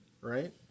right